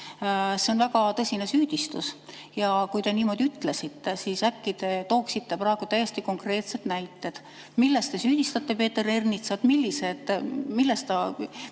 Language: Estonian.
see on väga tõsine süüdistus ja kui te niimoodi ütlesite, siis äkki te tooksite praegu täiesti konkreetsed näited, milles te süüdistate Peeter Ernitsat. Milles see vaenu